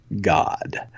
God